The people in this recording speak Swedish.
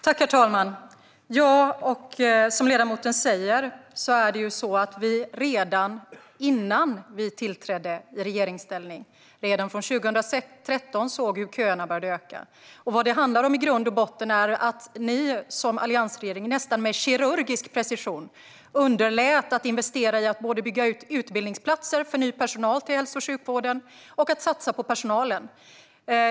Herr talman! Redan 2013, det vill säga innan vi tillträdde i regeringsställning, såg vi hur köerna började öka. Vad det i grund och botten handlar om är att alliansregeringen nästan med kirurgisk precision underlät att investera i att bygga ut utbildningsplatser för ny personal till hälso och sjukvården och att satsa på personalen.